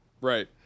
Right